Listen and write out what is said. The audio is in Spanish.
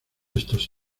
estos